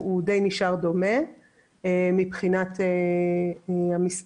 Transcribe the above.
הוא נשאר די דומה מבחינת המספרים,